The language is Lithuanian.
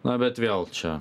na bet vėl čia